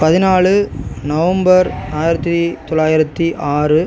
பதினாலு நவம்பர் ஆயிரத்து தொள்ளாயிரத்து ஆறு